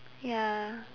ya